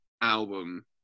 album